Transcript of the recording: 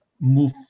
move